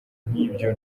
nk’ibyo